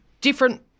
different